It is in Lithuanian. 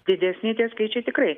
didesni tie skaičiai tikrai